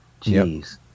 Jeez